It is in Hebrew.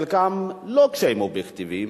חלקם לא קשיים אובייקטיביים,